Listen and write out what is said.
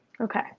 Okay